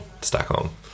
Stockholm